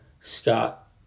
Scott